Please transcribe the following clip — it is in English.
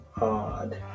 odd